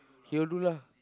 he will do lah